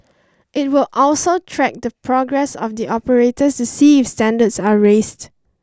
it will also track the progress of the operators to see if standards are raised